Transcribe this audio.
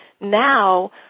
now